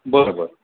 बरं बरं